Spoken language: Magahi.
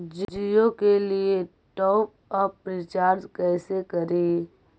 जियो के लिए टॉप अप रिचार्ज़ कैसे करी?